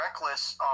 reckless